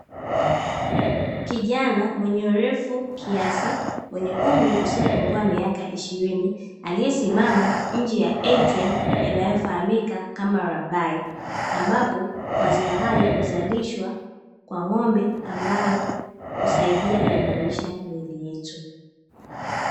Kijana mwenye urefu kiasi mwenye umri usiopungua miaka ishirini aliyesimama nje ya "ATM" inayofahamika kama "Rabai", ambapo maziwa hayo huzalishwa kwa ng'ombe ambayo husaidia kuimarisha miili yetu.